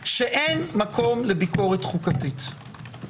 שאין מקום לביקורת חוקתית.